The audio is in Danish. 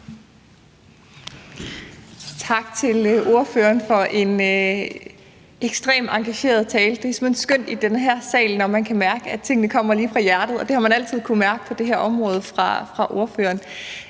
Tak til ordføreren for en ekstremt engageret tale. Det er simpelt hen skønt, når man i den her sal kan mærke, at tingene kommer lige fra hjertet, og det har man altid kunnet mærke på det